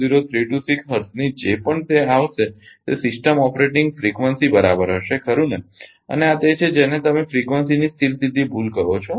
00326 હર્ટ્ઝની જે પણ તે આવશે તે સિસ્ટમ ઓપરેટિંગ ફ્રિકવન્સી બરાબર હશે ખરુ ને અને આ તે છે જેને તમે ફ્રિકવન્સીની સ્થિર સ્થિતી ભૂલ કહો છો